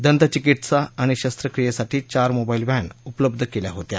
दंतचिकित्सा आणि शस्त्रक्रियेसाठी चार मोबाईल व्हॅन उपलब्ध केल्या होत्या